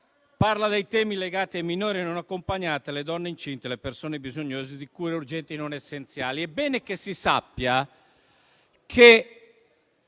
parla dei temi legati ai minori non accompagnati, alle donne incinte e alle persone bisognose di cure urgenti ed essenziali. È bene che si sappia che,